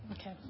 Okay